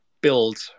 build